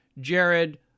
Jared